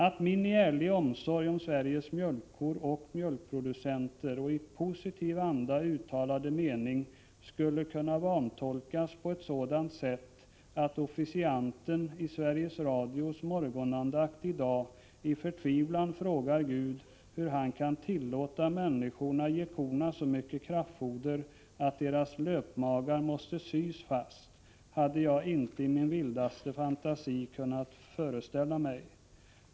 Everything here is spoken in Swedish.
Att min i ärlig omsorg om Sveriges mjölkkor och mjölkproducenter och min i positiv anda uttalade mening skulle kunna vantolkas på ett sådant sätt att officianten i Sveriges radios morgonandakt i dag i förtvivlan frågar Gud hur han kan tillåta människorna att ge korna så mycket kraftfoder, att deras löpmagar måste sys fast, hade jag inte i min vildaste fantasi kunnat föreställa mig.